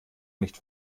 nicht